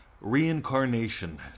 Reincarnation